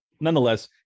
nonetheless